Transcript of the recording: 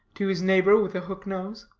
to his neighbor with a hook-nose.